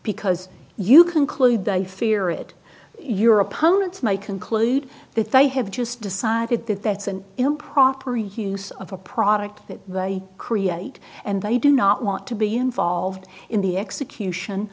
because you conclude they fear it your opponents may conclude that they have just decided that that's an improper hues of a product that they create and they do not want to be involved in the execution